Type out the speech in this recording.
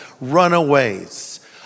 Runaways